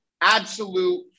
absolute